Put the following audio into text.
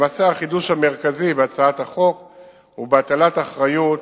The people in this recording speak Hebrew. למעשה, החידוש המרכזי בהצעת החוק הוא בהטלת אחריות